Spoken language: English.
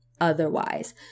otherwise